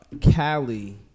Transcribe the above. Cali